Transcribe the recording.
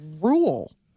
rule